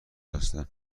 هستن